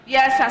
Yes